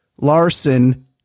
Larson